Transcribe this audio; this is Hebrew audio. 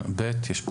יש פה